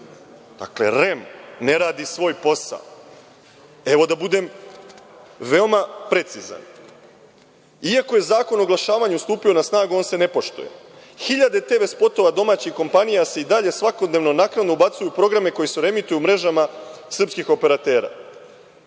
REM.Dakle, REM ne radi svoj posao. Evo, da budem veoma precizan. Iako je Zakon o oglašavanju stupio na snagu, on se ne poštuje. Hiljade tv-spotova domaćih kompanija se i dalje svakodnevno naknadno ubacuje u programe koji se reemituju u mrežama srpskih operatera.